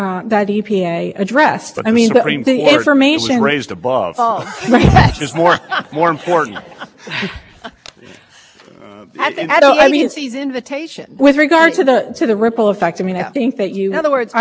anything that causes at least on the record we have before us that i have found that causes me to doubt that at this point in terms of a remit i think the best